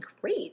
great